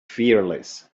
fearless